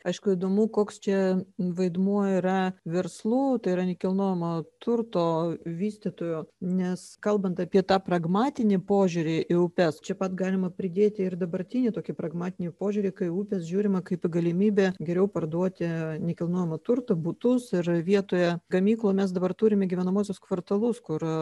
aišku įdomu koks čia vaidmuo yra verslų tai yra nekilnojamo turto vystytojų nes kalbant apie tą pragmatinį požiūrį į upes čia pat galima pridėti ir dabartinį tokį pragmatinį požiūrį kai upes žiūrima kaip galimybę geriau parduoti nekilnojamą turtą butus ir vietoje gamyklų mes dabar turime gyvenamuosius kvartalus kur